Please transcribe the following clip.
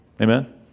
amen